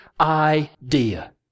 idea